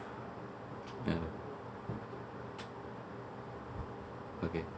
ya okay